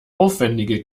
aufwendige